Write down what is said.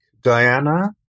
Diana